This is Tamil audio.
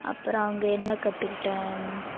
அப்புறம் அங்கே என்ன கற்றுக்கிட்டேன்